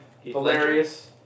Hilarious